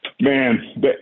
man